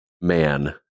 man